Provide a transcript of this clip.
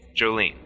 Jolene